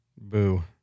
Boo